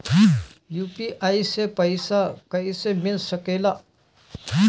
UPI से पइसा कईसे मिल सके ला?